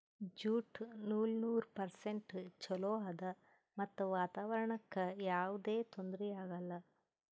jute ನೂಲ್ ನೂರ್ percent ಚೊಲೋ ಆದ್ ಮತ್ತ್ ವಾತಾವರಣ್ಕ್ ಯಾವದೇ ತೊಂದ್ರಿ ಆಗಲ್ಲ